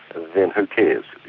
then who cares.